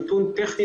נתון טכני,